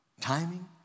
Timing